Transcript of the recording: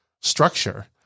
structure